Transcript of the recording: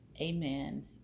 Amen